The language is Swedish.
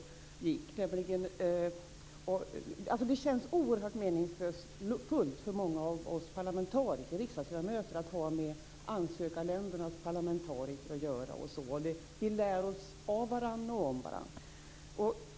Det känns oerhört meningsfullt för många av oss riksdagsledamöter att ha med ansökarländernas parlamentariker att göra. Vi lär oss av och om varandra.